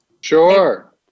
Sure